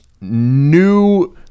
new